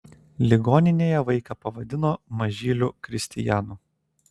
ligoninėje vaiką pavadino mažyliu kristijanu